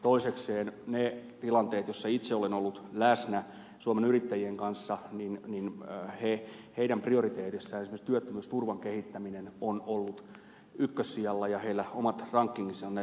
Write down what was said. toisekseen niissä tilanteissa joissa itse olen ollut läsnä suomen yrittäjien kanssa heidän prioriteetissaan esimerkiksi työttömyysturvan kehittäminen on ollut ykkössijalla ja heillä on omat rankinginsa näissä asioissa